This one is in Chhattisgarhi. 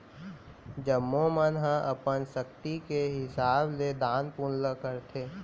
जम्मो मन ह अपन सक्ति के हिसाब ले दान पून ल करथे